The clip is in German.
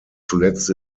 zuletzt